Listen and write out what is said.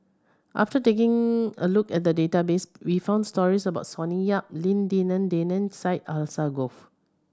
after taking a look at the database we found stories about Sonny Yap Lim Denan Denon Syed Alsagoff